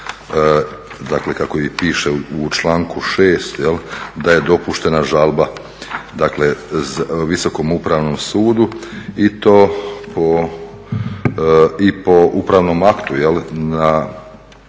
kako i piše u članku 6. da je dopuštena žalba dakle Visokom upravnom sudu i to po upravnom aktu nakon